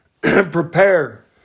prepare